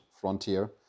frontier